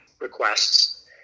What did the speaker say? requests